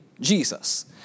Jesus